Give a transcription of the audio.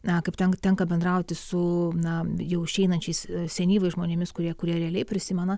na kaip tenka bendrauti su na jau išeinančiais senyvais žmonėmis kurie kurie realiai prisimena